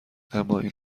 امااین